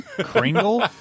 kringle